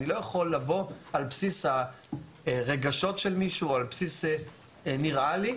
אני לא יכול לבוא על בסיס הרגשות של מישהו או על בסיס נראה לי,